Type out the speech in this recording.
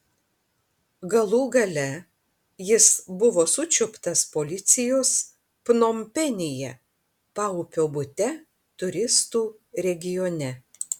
galų gale jis buvo sučiuptas policijos pnompenyje paupio bute turistų regione